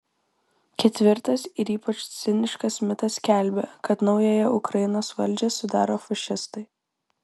ketvirtas ir ypač ciniškas mitas skelbia kad naująją ukrainos valdžią sudaro fašistai